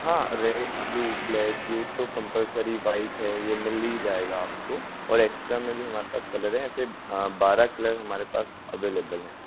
हाँ red blue black ये तो कमपलसरी वाइट है ये मिल ही जाएगा आपको और एक्स्ट्रा में भी है हमारे पास कलर है ऐसे बारह कलर हमारे पास अवेलेबल है